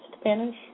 Spanish